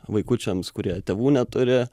vaikučiams kurie tėvų neturi